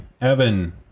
Evan